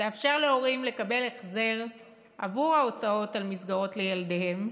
תאפשר להורים לקבל החזר עבור ההוצאות על מסגרות לילדיהם,